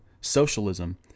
socialism